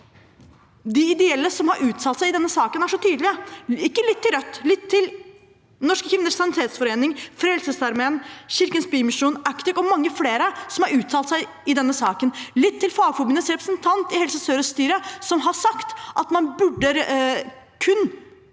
de ideelle som har uttalt seg i denne saken, er så tydelige: Ikke lytt til Rødt, lytt til Norske Kvinners Sanitetsforening, Frelsesarmeen, Kirkens Bymisjon, Actis og mange flere som har uttalt seg i denne saken. Lytt til Fagforbundets representant i styret i Helse sør-øst, som har sagt at man kun